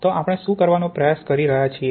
તો આપણે શું કરવાનો પ્રયાસ કરી રહ્યા છીએ